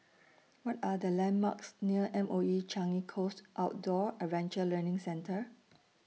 What Are The landmarks near M O E Changi Coast Outdoor Adventure Learning Centre